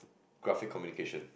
Graphic Communication